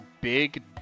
big